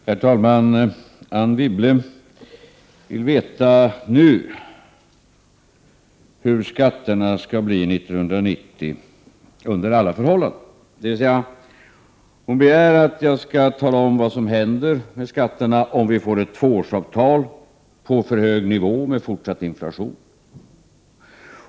Herr talman! Anne Wibble vill veta nu hur skatterna under alla förhållanden skall bli 1990, dvs. hon begär att jag skall tala om vad som händer med skatterna om vi får ett tvåårsavtal på för hög nivå med fortsatt inflation.